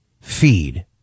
feed